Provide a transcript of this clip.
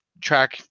track